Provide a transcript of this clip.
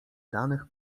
danych